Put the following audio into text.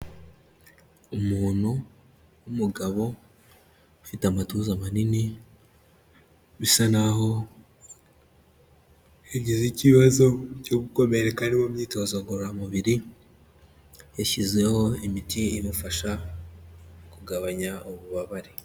Umuntu w'umugabo ufite amatuza manini bisa n'aho yagize ikibazo cyo gukomereka ari imyitozo ngororamubiri, yashyize imiti imufasha kugabanya ububabare.